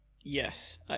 Yes